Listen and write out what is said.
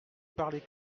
parlez